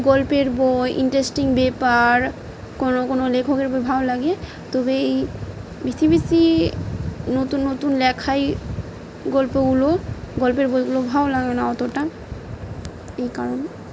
গল্পের বই ইন্টারেস্টিং ব্যাপার কোনো কোনো লেখকের বই ভালো লাগে তবেই বেশি বেশি নতুন নতুন লেখাই গল্পগুলো গল্পের বইগুলো ভালো লাগে না অতোটা এই কারণে